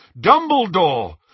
Dumbledore